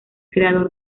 creador